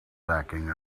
sacking